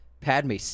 Padme